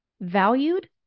valued